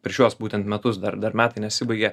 per šiuos būtent metus dar dar metai nesibaigė